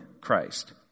Christ